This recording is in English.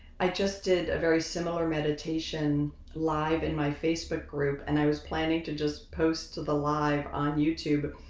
i just did a very similar meditation live in my facebook group and i was planning to just post to the live on youtube,